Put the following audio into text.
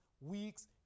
weeks